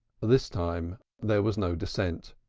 this time there was no dissent.